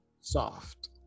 soft